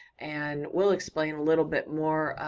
and we'll explain a little bit more.